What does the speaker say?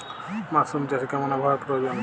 Mushroom চাষে কেমন আবহাওয়ার প্রয়োজন?